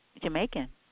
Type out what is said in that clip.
Jamaican